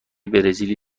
برزیلی